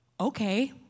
okay